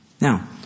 Now